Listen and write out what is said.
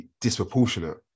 disproportionate